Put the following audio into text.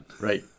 Right